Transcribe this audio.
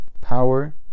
power